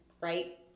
Right